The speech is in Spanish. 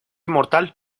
mortal